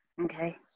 Okay